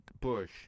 Bush